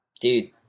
Dude